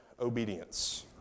obedience